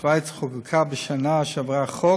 שווייץ חוקקה בשנה שעברה חוק